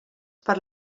per